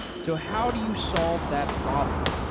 so how do you solve that problem?